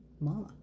Mama